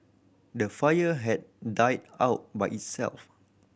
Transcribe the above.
the fire had died out by itself